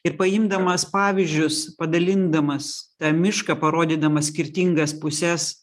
ir paimdamas pavyzdžius padalindamas tą mišką parodydamas skirtingas puses